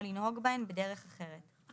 או לנהוג בהן בדרך אחרת.